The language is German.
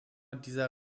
dieser